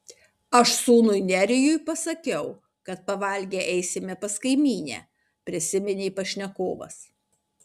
aš sūnui nerijui pasakiau kad pavalgę eisime pas kaimynę prisiminė pašnekovas